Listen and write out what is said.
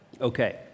Okay